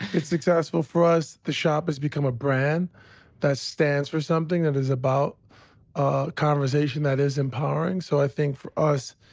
it's successful for us. the shop has become a brand that stands for something, that is about ah conversation that is empowering. so i think for us,